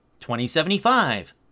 2075